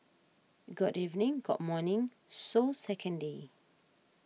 got evening got morning so second day